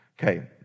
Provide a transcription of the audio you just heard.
Okay